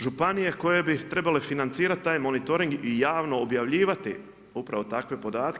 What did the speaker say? Županije koje bi trebale financirati taj monitoring i javno objavljivati upravo takve podatke.